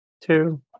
Two